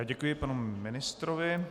Děkuji panu ministrovi.